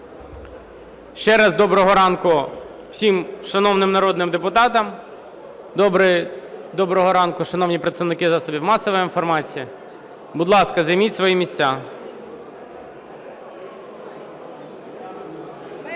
Ще раз доброго ранку всім шановним народним депутатам! Доброго ранку, шановні представники засобів масової інформації! Будь ласка, займіть свої місця.